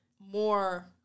more